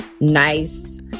nice